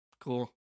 Cool